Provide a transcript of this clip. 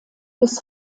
bis